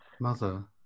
Mother